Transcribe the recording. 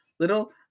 little